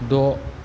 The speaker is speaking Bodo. द'